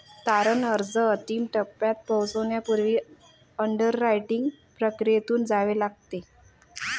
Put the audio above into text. तारण अर्ज अंतिम टप्प्यात पोहोचण्यापूर्वी अंडररायटिंग प्रक्रियेतून जावे लागते